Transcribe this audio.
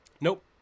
Nope